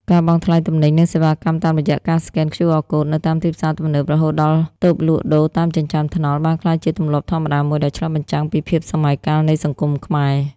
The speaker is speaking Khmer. ការបង់ថ្លៃទំនិញ និងសេវាកម្មតាមរយៈការស្កែន QR Code នៅតាមទីផ្សារទំនើប រហូតដល់តូបលក់ដូរតាមចិញ្ចើមថ្នល់ បានក្លាយជាទម្លាប់ធម្មតាមួយដែលឆ្លុះបញ្ចាំងពីភាពសម័យកាលនៃសង្គមខ្មែរ។